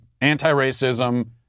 anti-racism